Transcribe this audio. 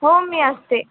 हो मी असते